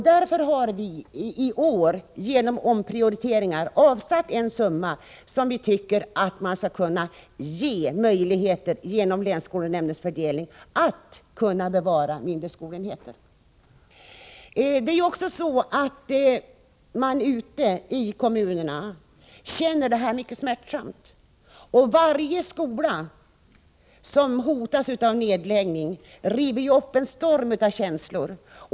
Därför har vi i år, genom omprioriteringar, avsatt en summa som skall fördelas av länsskolnämnden för att skapa förutsättningar för kommunerna att kunna bevara mindre skolenheter. Ute i kommunerna är det mycket smärtsamt när en skola kanske måste stängas. Varje gång som en skola hotas av nedläggning rivs det upp en storm av känslor.